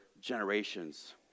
generations